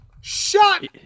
Shut